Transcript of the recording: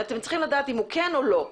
אתם צריכים לדעת אם הוא כן או לא.